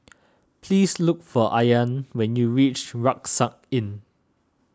please look for Ayaan when you reach Rucksack Inn